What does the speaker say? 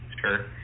Sure